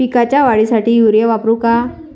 पिकाच्या वाढीसाठी युरिया वापरू का?